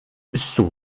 son